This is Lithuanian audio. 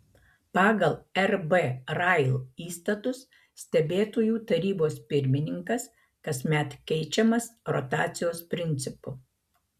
pagal rb rail įstatus stebėtojų tarybos pirmininkas kasmet keičiamas rotacijos principu